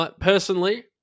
Personally